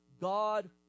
God